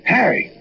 Harry